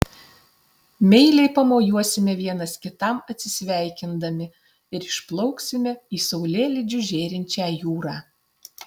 meiliai pamojuosime vienas kitam atsisveikindami ir išplauksime į saulėlydžiu žėrinčią jūrą